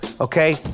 Okay